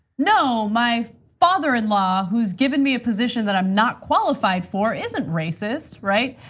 no, my father in-law, who's given me a position that i'm not qualified for, isn't racist, right?